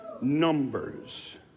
Numbers